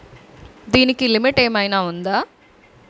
దీనికి లిమిట్ ఆమైనా ఉందా?